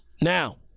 Now